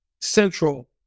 central